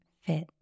fit